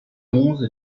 onze